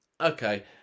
Okay